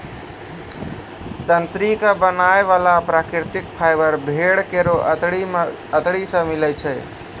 तंत्री क बनाय वाला प्राकृतिक फाइबर भेड़ केरो अतरी सें मिलै छै